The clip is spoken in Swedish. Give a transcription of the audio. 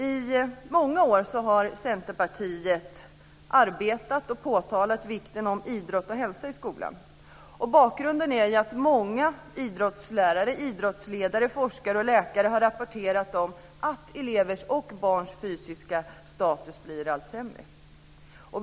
I många år har Centerpartiet påtalat vikten av idrott och hälsa i skolan. Bakgrunden är att många idrottslärare, idrottsledare, forskare och läkare har rapporterat om att elevers och barns fysiska status blir allt sämre.